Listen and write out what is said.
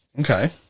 Okay